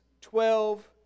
twelve